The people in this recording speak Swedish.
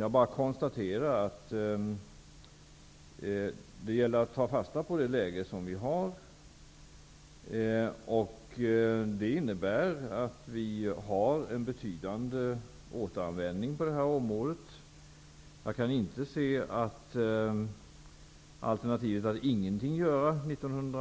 Jag bara konstaterar att det gäller att ta fasta på det nuvarande läget. Vi har en betydande återanvändning på det här området. Jag kan inte se att det skulle ha varit ett alternativ att inte göra någonting